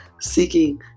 seeking